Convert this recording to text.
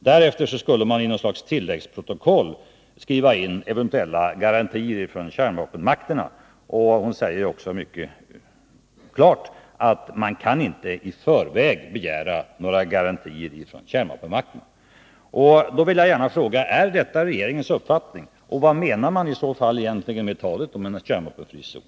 Därefter skulle man i 4 något slags tilläggsprotokoll skriva in eventuella garantier ifrån kärnvapenmakterna. Hon sade också mycket klart att man i förväg inte kan begära några garantier ifrån kärnvapenmakterna. Då vill jag gärna fråga: Är detta regeringens uppfattning, och vad menar mani så fall egentligen med talet om en kärnvapenfri zon?